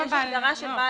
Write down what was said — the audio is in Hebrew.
תקרא את ההגדרה של תאגיד זר.